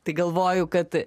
tai galvoju kad